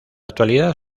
actualidad